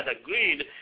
agreed